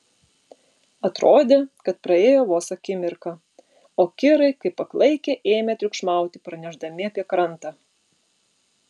atrodė kad praėjo vos akimirka o kirai kaip paklaikę ėmė triukšmauti pranešdami apie krantą